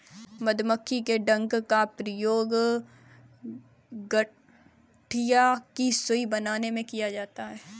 मधुमक्खी के डंक का प्रयोग गठिया की सुई बनाने में किया जाता है